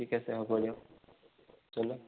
ঠিক আছে হ'ব দিয়ক